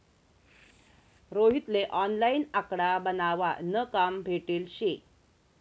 रोहित ले ऑनलाईन आकडा बनावा न काम भेटेल शे